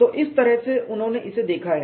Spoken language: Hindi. तो इस तरह से उन्होंने इसे देखा गया है